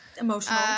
Emotional